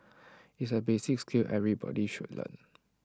it's A basic skill everybody should learn